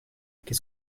qu’est